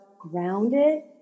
grounded